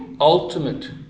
ultimate